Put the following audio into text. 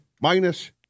minus